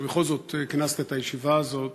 שבכל זאת כינסת את הישיבה הזאת,